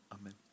amen